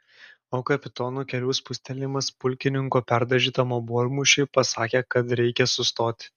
o kapitono kelių spustelėjimas pulkininko perdažytam obuolmušiui pasakė kad reikia sustoti